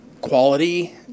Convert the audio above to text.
quality